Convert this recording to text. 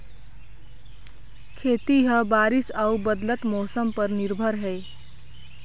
खेती ह बारिश अऊ बदलत मौसम पर निर्भर हे